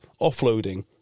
offloading